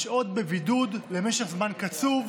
לשהות למשך זמן קצוב,